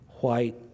white